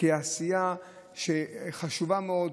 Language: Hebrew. לעשייה שחשובה מאוד,